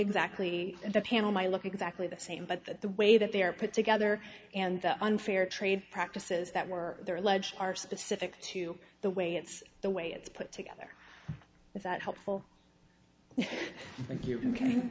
exactly the panel my look exactly the same but the way that they're put together and unfair trade practices that were they're alleged are specific to the way it's the way it's put together that helpful